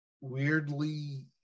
weirdly